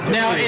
Now